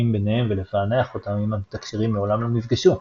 ביניהם ולפענח אותם אם המתקשרים מעולם לא נפגשו.